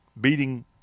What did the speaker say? beating